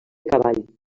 cavall